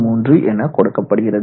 33 எனக் கொடுக்கப்படுகிறது